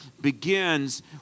begins